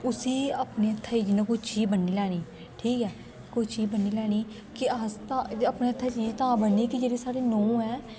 उसी अपने हत्थे गी कोई चीज बनी लेनी ठीक ऐ कोई चीज बन्नी लेनी के अस अपने हत्थे गी चीज तां बन्ननी कि जेहडे़ साढ़े नांउ ऐ